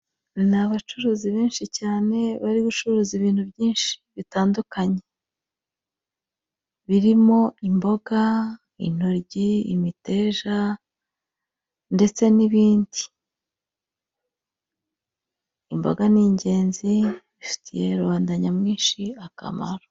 Abacuruzi benshi cyane, bari gucuruza ibintu byinshi bitandukanye, birimo imboga, intoryi, imiteja, ndetse n'ibindi. Imboga ni ingenzi zifitiye rubanda nyamwinshi akamaro.